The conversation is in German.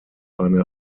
eine